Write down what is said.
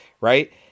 right